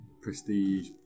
prestige